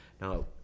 now